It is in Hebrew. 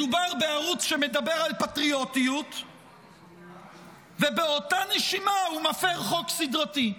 מדובר בערוץ שמדבר על פטריוטיות ובאותה נשימה הוא מפר חוק סדרתי.